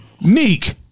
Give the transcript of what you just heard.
Neek